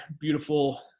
beautiful